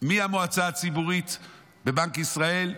מהמועצה הציבורית בבנק ישראל.